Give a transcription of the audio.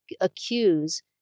accuse